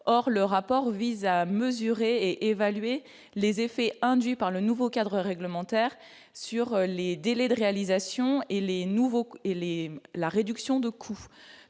or le rapport vise à mesurer et évaluer les effets induits par le nouveau cadre réglementaire sur les délais de réalisation et les nouveaux éléments,